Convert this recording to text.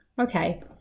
Okay